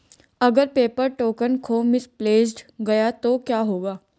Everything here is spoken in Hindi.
अगर पेपर टोकन खो मिसप्लेस्ड गया तो क्या होगा?